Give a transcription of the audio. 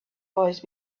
voice